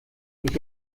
ich